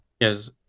yes